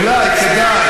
אולי כדאי.